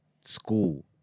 school